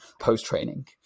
post-training